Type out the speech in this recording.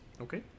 okay